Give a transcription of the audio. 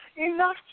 Enough